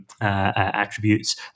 Attributes